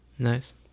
Nice